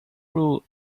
rule